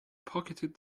pocketed